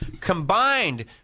combined